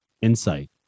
insight